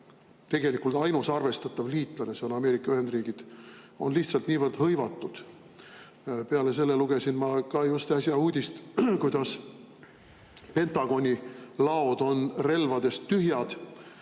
tegelikult ainus arvestatav liitlane – see on Ameerika Ühendriigid – on lihtsalt niivõrd hõivatud. Peale selle lugesin ma just äsja uudist selle kohta, et Pentagoni laod on relvadest tühjad